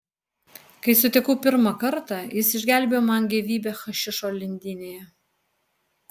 kai sutikau pirmą kartą jis išgelbėjo man gyvybę hašišo lindynėje